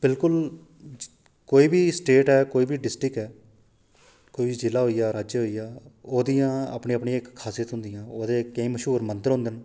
बिल्कुल कोई बी स्टेट ऐ कोई बी डिस्ट्रिक्ट ऐ कोई बी जिला होई गेआ कोई बी राज्य होई गेआ ओह्दियां अपनी अपनी इक खासियता होंदियां ओह्दे केईं मश्हूर मंदर होंदे न